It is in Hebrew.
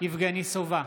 יבגני סובה,